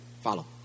Follow